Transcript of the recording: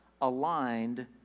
aligned